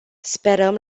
sperăm